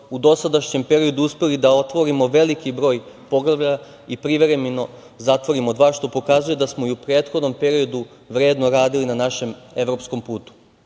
u dosadašnjem periodu uspeli da otvorimo veliki broj poglavlja i privremeno zatvorimo dva, što pokazuje da smo i u prethodnom periodu vredno radili na našem evropskom putu. Što